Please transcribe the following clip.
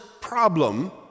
problem